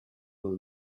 will